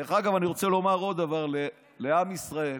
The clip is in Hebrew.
דרך אגב, אני רוצה לומר עוד דבר לעם ישראל: